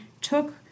took